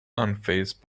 unfazed